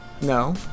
No